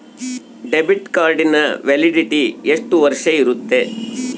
Debit ಕಾರ್ಡಿನ validity ಎಷ್ಟು ವರ್ಷ ಇರುತ್ತೆ?